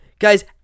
Guys